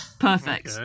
Perfect